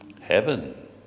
Heaven